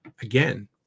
Again